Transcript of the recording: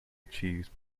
achieved